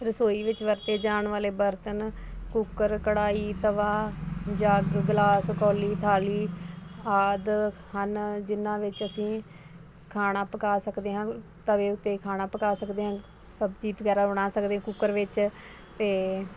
ਰਸੋਈ ਵਿੱਚ ਵਰਤੇ ਜਾਣ ਵਾਲੇ ਬਰਤਨ ਕੁੱਕਰ ਕੜਾਹੀ ਤਵਾ ਜੱਗ ਗਲਾਸ ਕੌਲੀ ਥਾਲੀ ਆਦਿ ਹਨ ਜਿਨ੍ਹਾਂ ਵਿੱਚ ਅਸੀਂ ਖਾਣਾ ਪਕਾ ਸਕਦੇ ਹਾਂ ਤਵੇ ਉੱਤੇ ਖਾਣਾ ਪਕਾ ਸਕਦੇ ਹੈ ਸਬਜ਼ੀ ਵਗੈਰਾ ਬਣਾ ਸਕਦੇ ਕੁੱਕਰ ਵਿੱਚ ਅਤੇ